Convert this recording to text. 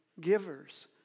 givers